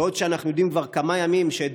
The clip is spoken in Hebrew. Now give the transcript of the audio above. בעוד שאנחנו יודעים כבר כמה ימים שאת